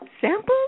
sample